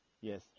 Yes